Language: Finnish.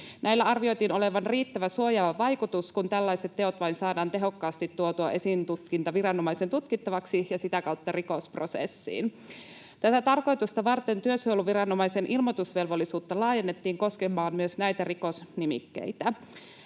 Näillä arvioitiin olevan riittävä suojaava vaikutus, kun tällaiset teot vain saadaan tehokkaasti tuotua esitutkintaviranomaisen tutkittavaksi ja sitä kautta rikosprosessiin. Tätä tarkoitusta varten työsuojeluviranomaisen ilmoitusvelvollisuutta laajennettiin koskemaan myös näitä rikosnimikkeitä.